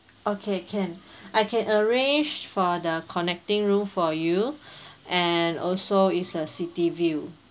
okay can I can arrange for the connecting room for you and also it's a city view